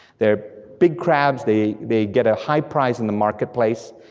they're big crabs, they they get a high price in the marketplace,